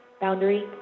Boundary